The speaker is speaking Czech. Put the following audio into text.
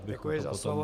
Děkuji za slovo.